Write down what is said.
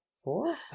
four